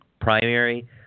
primary